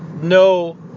no